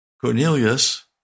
Cornelius